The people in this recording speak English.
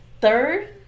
third